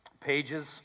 pages